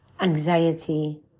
anxiety